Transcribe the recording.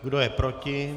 Kdo je proti?